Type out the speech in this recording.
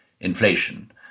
inflation